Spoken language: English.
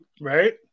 right